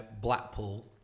Blackpool